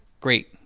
great